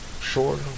sure